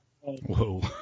Whoa